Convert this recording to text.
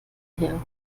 her